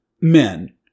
Men